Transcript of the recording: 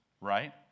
right